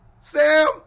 Sam